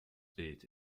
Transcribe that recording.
bild